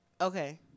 Okay